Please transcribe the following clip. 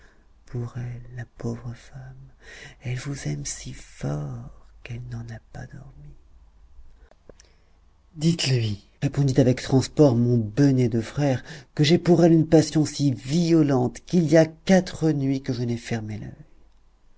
pour elle la pauvre femme elle vous aime si fort qu'elle n'en a pas dormi dites-lui répondit avec transport mon benêt de frère que j'ai pour elle une passion si violente qu'il y a quatre nuits que je n'ai